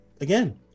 again